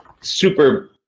super